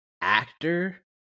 actor